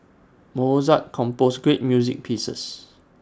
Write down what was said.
Mozart composed great music pieces